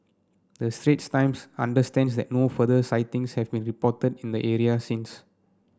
the Straits Times understands that no further sightings have been reported in the areas since